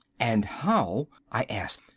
and how, i asked,